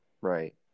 right